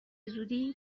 زودی